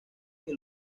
que